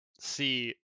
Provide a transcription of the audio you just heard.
see